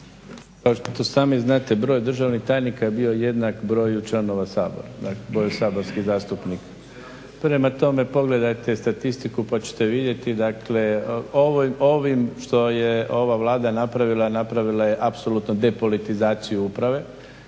kao što sami znate broj državnih tajnika je bio jednak broju članova Sabora dakle kao i saborski zastupnik. Prema tome, pogledajte statistiku pa ćete vidjeti dakle ovim što je ova Vlada napravila, napravila je apsolutno depolitizaciju uprave